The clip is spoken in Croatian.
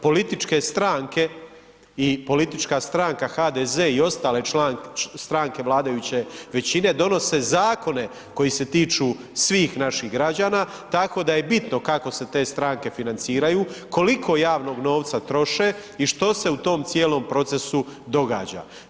Političke stranke i politička stranka HDZ i ostale stranke vladajuće većine donose zakone koji se tiču svih naših građana, tako da je bitno kako se te stranke financiraju, koliko javnog novca troše i što se u tom cijelom procesu događa.